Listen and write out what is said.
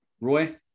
roy